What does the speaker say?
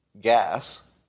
gas